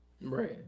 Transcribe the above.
Right